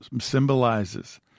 symbolizes